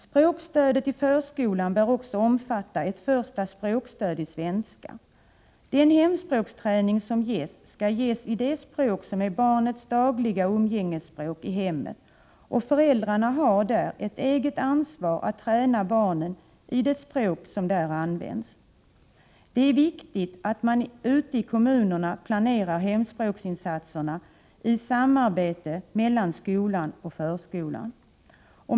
Språkstödet i förskolan bör också omfatta ett förstaspråksstöd i svenska. Den hemspråksträning som ges skall ges i det språk som är barnets dagliga umgängesspråk i hemmet, och föräldrarna har ett eget ansvar för att träna barnet i det språk som där används. Det är viktigt att man ute i kommunerna planerar hemspråksinsatserna i samarbete mellan skolan och förskolan.